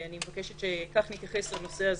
אני מבקשת שכך נתייחס לנושא הזה.